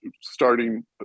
starting